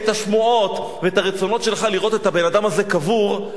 את השמועות ואת הרצונות שלך לראות את הבן-אדם הזה קבור,